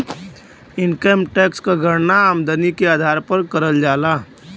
income tax क गणना आमदनी के आधार पर करल जाला